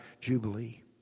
Jubilee